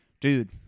Dude